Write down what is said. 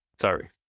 Sorry